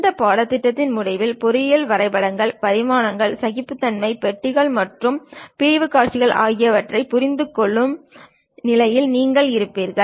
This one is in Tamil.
இந்த பாடத்திட்டத்தின் முடிவில் பொறியியல் வரைபடங்கள் பரிமாணங்கள் சகிப்புத்தன்மை பெட்டிகள் மற்றும் பிரிவுக் காட்சிகள் ஆகியவற்றைப் புரிந்துகொள்ளும் நிலையில் நீங்கள் இருப்பீர்கள்